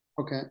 Okay